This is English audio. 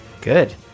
Good